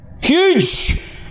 Huge